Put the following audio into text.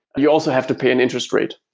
you also have to pay an interest rate.